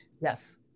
Yes